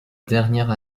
dernière